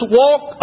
walk